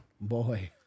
boy